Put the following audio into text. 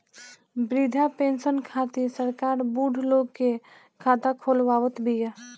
वृद्धा पेंसन खातिर सरकार बुढ़उ लोग के खाता खोलवावत बिया